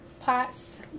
pots